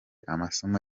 amasomo